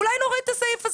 אולי נוריד את הסעיף,